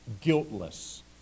guiltless